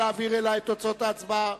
נא להעביר אלי את תוצאות ההצבעה.